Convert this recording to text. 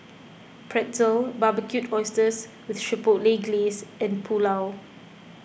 Pretzel Barbecued Oysters with Chipotle Glaze and Pulao